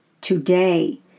today